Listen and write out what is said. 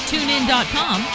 TuneIn.com